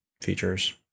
features